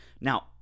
Now